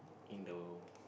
in the